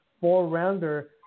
four-rounder